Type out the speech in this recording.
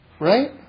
Right